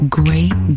great